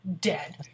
dead